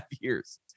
years